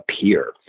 appear